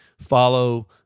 follow